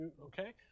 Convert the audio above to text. okay